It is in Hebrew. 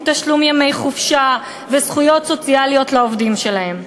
מתשלום ימי חופשה וזכויות סוציאליות לעובדים שלהם.